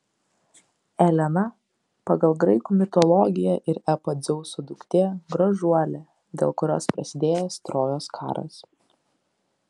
elena pagal graikų mitologiją ir epą dzeuso duktė gražuolė dėl kurios prasidėjęs trojos karas